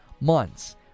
months